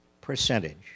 percentage